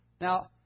Now